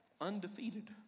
undefeated